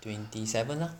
twenty seven lah